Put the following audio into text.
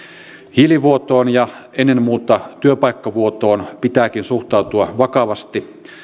hiilivuotoon ja ennen muuta työpaikkavuotoon pitääkin suhtautua vakavasti